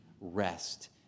rest